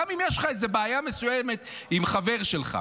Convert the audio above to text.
גם אם יש לך איזו בעיה מסוימת עם חבר שלך,